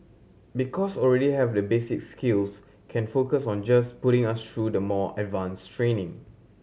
because already have the basic skills can focus on just putting us through the more advanced training